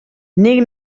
nik